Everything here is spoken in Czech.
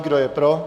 Kdo je pro?